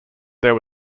there